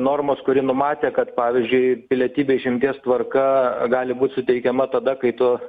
normos kuri numatė kad pavyzdžiui pilietybė išimties tvarka gali būt suteikiama tada kai tu